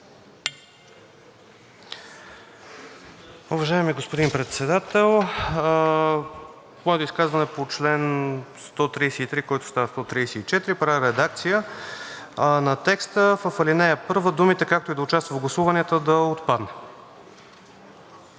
Уважаеми господин Председател! Моето изказване е по чл. 133, който става 134. Правя редакция на текста – ал. 1, думите „както и да участват в гласуванията“ да отпаднат.